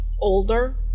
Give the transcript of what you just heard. older